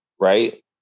right